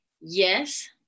yes